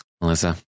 Melissa